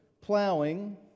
plowing